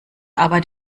arbeit